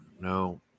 No